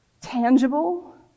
tangible